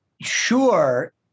Sure